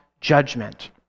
judgment